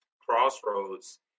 crossroads